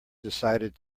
decided